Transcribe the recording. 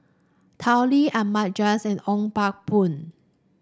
Tao Li Ahmad Jais and Ong Pang Boon